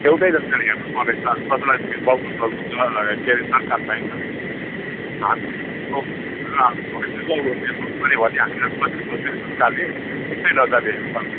एउटै नजरले हेर्नु पर्ने छ कसैलाई भेदभाव गर्नु के अरे दरकार छैन हामीले भेदभाव भेदभाव भेदभाव गऱ्यो भने हामीलाई पछि केटाहरूले त्यस्तै नजरले हेर्छ